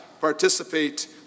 participate